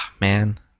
Man